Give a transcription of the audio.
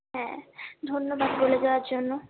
হ্যাঁ ধন্যবাদ বলে দেওয়ার জন্য